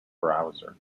browser